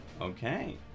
okay